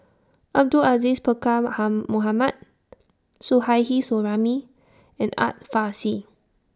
Abdul Aziz Pakkeer Mohamed Suzairhe Sumari and Art Fazil